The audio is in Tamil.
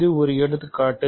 இது ஒரு எடுத்துக்காட்டு